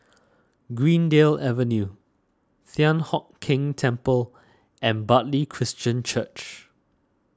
Greendale Avenue Thian Hock Keng Temple and Bartley Christian Church